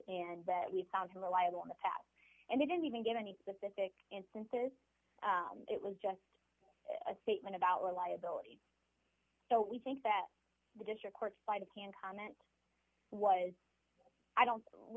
and that we found him reliable in the past and he didn't even give any specific instances it was just a statement about our liability so we think that the district court side of can comment was i don't we